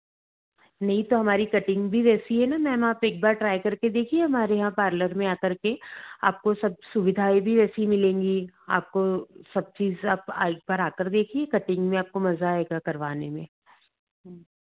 नहीं तो हमारी कटिंग ऐसी है मेम आप एक बार ट्राय कर के देखिए हमारे यहाँ पार्लर में या कर के आपको सब सुबिधायें अच्छी मिलेंगी आपको सब चीज़ आप एक बार आ कर देखिए कटिंग मिल जाएगा करवाने मई हूँ